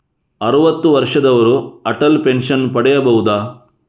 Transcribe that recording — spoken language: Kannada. ಅರುವತ್ತು ವರ್ಷದವರು ಅಟಲ್ ಪೆನ್ಷನ್ ಪಡೆಯಬಹುದ?